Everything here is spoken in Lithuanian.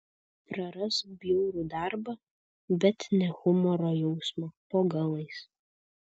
prarask bjaurų darbą bet ne humoro jausmą po galais